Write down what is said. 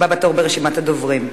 הבא בתור ברשימת הדוברים.